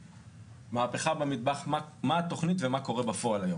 מהפכה במטבח, מה התוכנית ומה קורה היום בפועל.